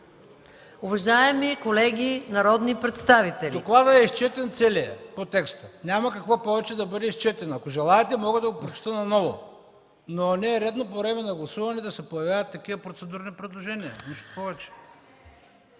уважаеми колеги народни представители!